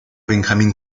benjamin